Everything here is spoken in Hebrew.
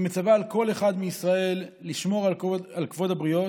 היא מצווה על כל אחד מישראל לשמור על כבוד הבריות